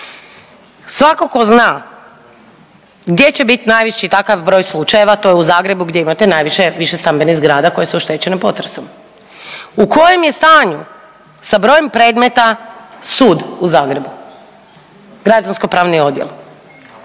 svako ko zna gdje će bit najviši takav broj slučajeva, to je u Zagrebu gdje imate najviše višestambenih zgrada koje su oštećene potresom, u kojem je stanju sa brojem predmeta sud u Zagrebu, građansko-pravni odjel,